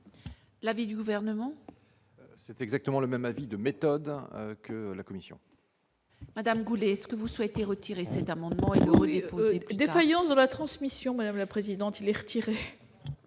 L'avis du gouvernement. C'est exactement le même avis de méthode, hein, que la commission. Madame Goulet est-ce que vous souhaitez retirer cet amendement oui. Défaillance de la transmission, madame la présidente, il est retiré.